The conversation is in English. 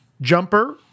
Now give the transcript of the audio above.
Jumper